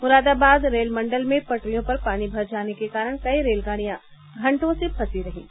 Moradabad rail मंडल में पटरियों पर पानी भर जाने के कारण कई रेलगाडियां घंटों से फंसी रहीं हैं